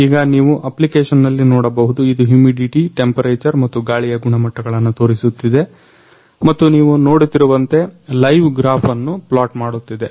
ಈಗ ನೀವು ಅಪ್ಲಿಕೆಷನ್ನಲ್ಲಿ ನೋಡಬಹುದು ಇದು ಹ್ಯಮಿಡಿಟಿ ಟೆಂಪರೇಚರ್ ಮತ್ತು ಗಾಳಿಯ ಗುಣಮಟ್ಟ ಗಳನ್ನ ತೋರಿಸುತ್ತಿದೆ ಮತ್ತು ನೀವು ನೋಡುತ್ತಿರುವಂತೆ ಲೈವ್ ಗ್ರಾಫ್ ಅನ್ನು ಪ್ಲಾಟ್ ಮಾಡುತ್ತಿದೆ